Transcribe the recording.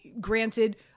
Granted